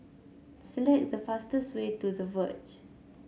select the fastest way to The Verge